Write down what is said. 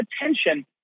attention